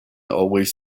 always